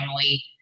family